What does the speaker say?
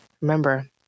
remember